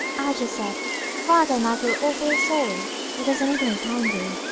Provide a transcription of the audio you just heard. just said father and i feel awfully sorry if there's anything we can do